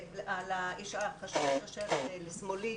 על האיש החשוב שיושב לשמאלי.,